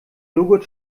jogurt